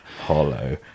hollow